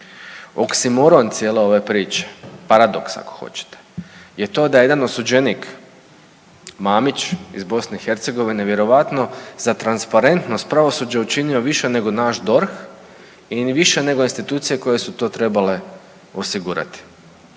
oksimoron cijele ove priče paradoks ako hoćete je to da jedan osuđenik Mamić iz BiH vjerojatno za transparentnost pravosuđa je učinio više nego naš DORH i više nego institucije koje su to trebale osigurati.